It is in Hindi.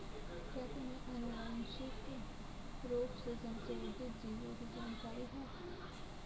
क्या तुम्हें आनुवंशिक रूप से संशोधित जीवों की जानकारी है?